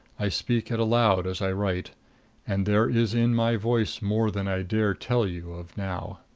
i speak it aloud as i write and there is in my voice more than i dare tell you of now.